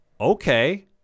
okay